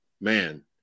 Man